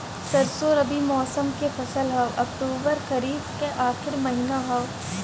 सरसो रबी मौसम क फसल हव अक्टूबर खरीफ क आखिर महीना हव